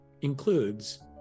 includes